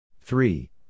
Three